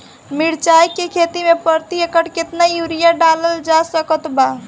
मिरचाई के खेती मे प्रति एकड़ केतना यूरिया डालल जा सकत बा?